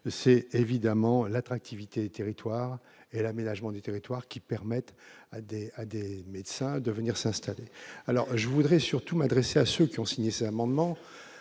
c'est évidemment l'attractivité des territoires et l'aménagement du territoire qui permettent dès à dès, médecin de venir s'installer, alors je voudrais surtout adressé à ceux qui ont signé ce amendement